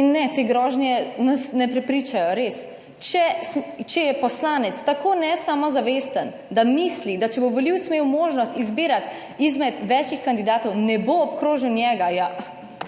In ne, te grožnje nas ne prepričajo, res. Če je poslanec tako nesamozavesten, da misli, da če bo volivec imel možnost izbirati izmed večih kandidatov, ne bo obkrožil njega, ja